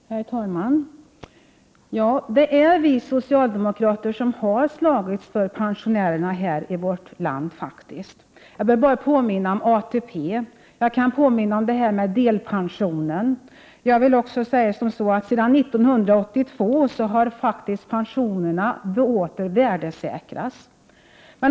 Herr talman! Det är vi socialdemokrater som har slagits för pensionärerna i vårt land. Jag behöver bara påminna om ATP och om delpensionen. Jag vill också säga att pensionerna sedan 1982 åter har värdesäkrats.